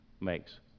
makes